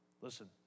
Listen